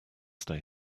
stay